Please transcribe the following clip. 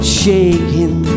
shaking